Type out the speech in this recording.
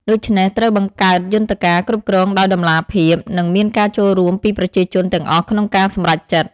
ដូច្នេះ ត្រូវបង្កើតយន្តការគ្រប់គ្រងដោយតម្លាភាព និងមានការចូលរួមពីប្រជាជនទាំងអស់ក្នុងការសម្រេចចិត្ត។